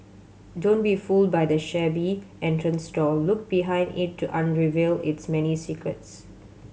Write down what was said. don't be fooled by the shabby entrance door look behind it to unravel its many secrets